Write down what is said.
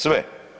Sve.